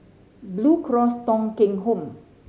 Blue Cross Thong Kheng Home